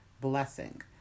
blessing